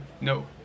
No